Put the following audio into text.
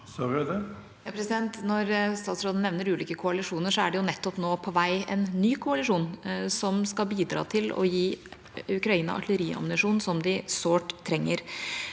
Når statsråden nevner ulike koalisjoner, er det jo nettopp nå på vei en ny koalisjon som skal bidra til å gi Ukraina artilleriammunisjon, som de sårt trenger.